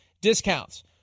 discounts